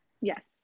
yes